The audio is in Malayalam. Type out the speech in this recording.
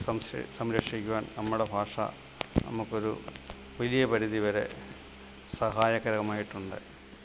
സംരക്ഷിക്കുവാൻ നമ്മുടെ ഭാഷ നമുക്കൊരു വലിയ പരിധിവരെ സഹായകരമായിട്ടുണ്ട്